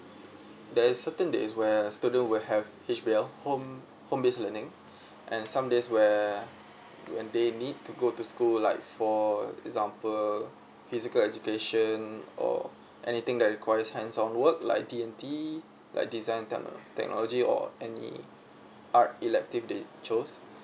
there is certain that is where student will have H_B_L home home base learning and some days where when they need to go to school like for example physical education or anything that requires hands on work like D_N_T like design and techno technology or any art elective they chose